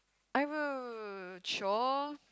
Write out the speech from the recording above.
I've a chore